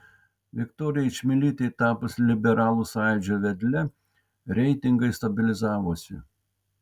viktorijai čmilytei tapus liberalų sąjūdžio vedle reitingai stabilizavosi